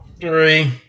three